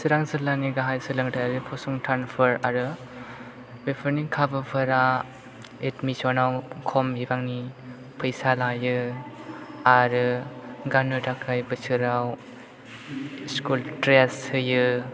चिरां जिललानि गाहाय सोलोंथायारि फसंथानफोर आरो बेफोरनि खाबुफोरा एदमिस'न आव खम बिबांनि फैसा लायो आरो गाननो थाखाय बोसोराव स्कुल ड्रेस होयो